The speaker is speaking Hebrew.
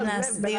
איך נתת לבועז לב,